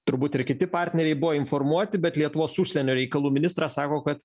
turbūt ir kiti partneriai buvo informuoti bet lietuvos užsienio reikalų ministras sako kad